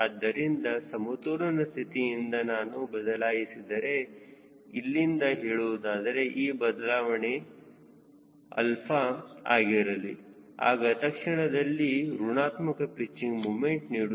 ಆದ್ದರಿಂದ ಸಮತೋಲನ ಸ್ಥಿತಿಯಿಂದ ನಾನು ಬದಲಾಯಿಸಿದರೆ ಇಲ್ಲಿಂದ ಹೇಳುವುದಾದರೆ ಆ ಬದಲಾವಣೆ ಅಲ್ಪ ಆಗಿರಲಿ ಆಗ ತಕ್ಷಣದಲ್ಲಿ ಋಣಾತ್ಮಕ ಪಿಚ್ಚಿಂಗ್ ಮೂಮೆಂಟ್ ನೀಡುತ್ತದೆ